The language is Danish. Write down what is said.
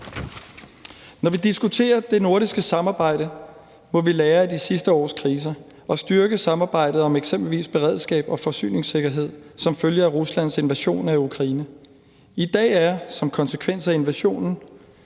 Når vi diskuterer det nordiske samarbejde, må vi lære af de sidste års kriser og styrke samarbejdet om eksempelvis beredskab og forsyningssikkerhed som følge af Ruslands invasion af Ukraine. I dag er, som konsekvens af invasionen,